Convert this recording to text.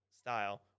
style